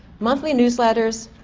monthly newsletters,